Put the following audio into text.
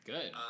Good